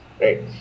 right